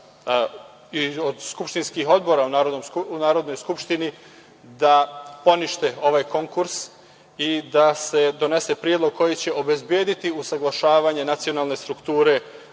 i od skupštinskih odbora u Narodnoj skupštini da ponište ovaj konkurs i da se donese predlog koji će obezbediti usaglašavanje nacionalne strukture